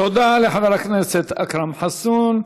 תודה לחבר הכנסת אכרם חסון.